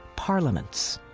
parliaments,